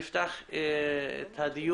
אדוני יושב-ראש הוועדה,